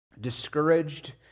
discouraged